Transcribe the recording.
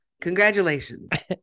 congratulations